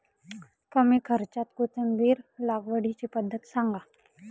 कमी खर्च्यात कोथिंबिर लागवडीची पद्धत सांगा